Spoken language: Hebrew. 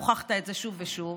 הוכחת את זה שוב ושוב.